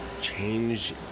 change